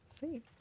See